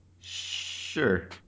Sure